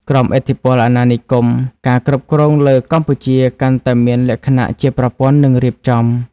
ក្រោមឥទ្ធិពលអាណានិគម ការគ្រប់គ្រងលើកម្ពុជាកាន់តែមានលក្ខណៈជាប្រព័ន្ធ និងរៀបចំ។